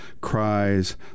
cries